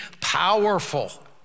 powerful